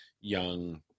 young